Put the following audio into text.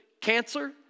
cancer